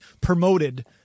promoted